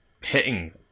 hitting